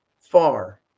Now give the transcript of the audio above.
far